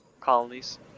Colonies